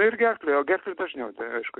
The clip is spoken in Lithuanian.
nu ir gerklę o gerklę dažniau tai aišku